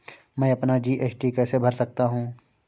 मैं अपना जी.एस.टी कैसे भर सकता हूँ?